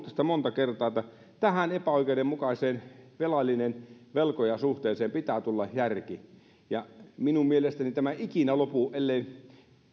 tästä monta kertaa että tähän epäoikeudenmukaiseen velallinen velkoja suhteeseen pitää tulla järki ja minun mielestäni tämä ei ikinä lopu ellei